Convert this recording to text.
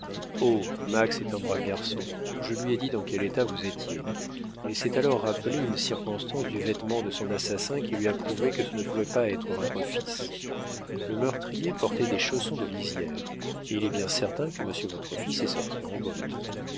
max est un brave garçon je lui ai dit dans quel état vous étiez il s'est alors rappelé une circonstance du vêtement de son assassin qui lui a prouvé que ce ne pouvait pas être votre fils le meurtrier portait des chaussons de lisière et il est bien certain que monsieur votre fils est sorti en botte